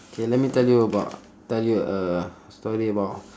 K let me tell you about tell you a story about